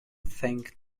think